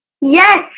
Yes